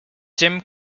jim